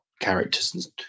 characters